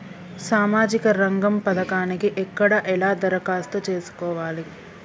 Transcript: సామాజిక రంగం పథకానికి ఎక్కడ ఎలా దరఖాస్తు చేసుకోవాలి?